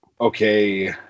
Okay